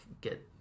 get